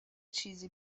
چیزی